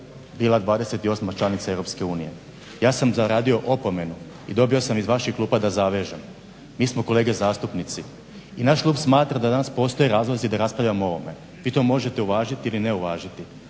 bila 28. članica EU. Ja sam zaradio opomenu i dobio sam iz vaših klupa da zavežem. Mi smo kolege zastupnici i naš klub smatra da danas postoje razlozi da raspravljamo o ovome. Vi to možete uvažiti ili ne uvažiti,